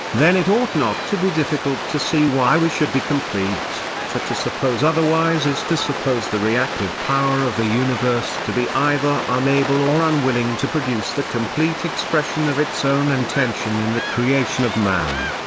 then it ought not to be difficult to see why we should be complete for to suppose otherwise is to suppose the reactive power of the universe to be either unable or unwilling to produce the complete expression of its own intention in the creation of man.